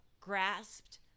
grasped